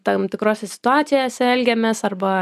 tam tikrose situacijose elgiamės arba